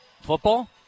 football